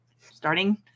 starting